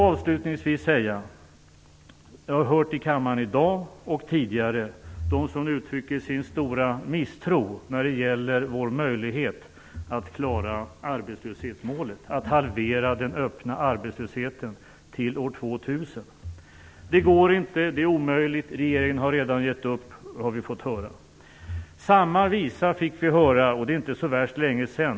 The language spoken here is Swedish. Avslutningsvis har jag i kammaren, i dag och tidigare, hört dem som uttrycker sin stora misstro för vår möjlighet att klara arbetslöshetsmålet - att halvera den öppna arbetslösheten till år 2000. Vi har fått höra att det inte går, att det är omöjligt och att regeringen redan har gett upp. Samma visa fick vi höra för inte så värst länge sedan.